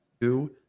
two